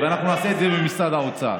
ואנחנו נעשה את זה במשרד האוצר.